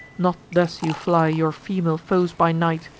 not thus you fly your female foes by night,